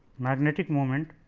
magnetic moment